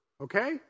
Okay